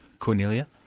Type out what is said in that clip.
kornelia?